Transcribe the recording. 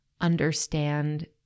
understand